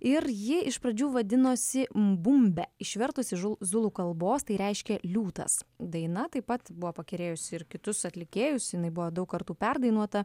ir ji iš pradžių vadinosi mbumbe išvertus iš zulų kalbos tai reiškia liūtas daina taip pat buvo pakerėjusi ir kitus atlikėjus jinai buvo daug kartų perdainuota